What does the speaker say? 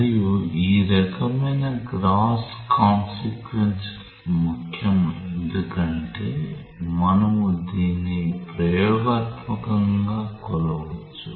మరియు ఈ రకమైన గ్రాస్ కాన్సెక్యూన్స్ ముఖ్యం ఎందుకంటే మనము దీన్ని ప్రయోగాత్మకంగా కొలవవచ్చు